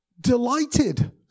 delighted